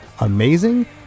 Amazing